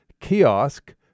Kiosk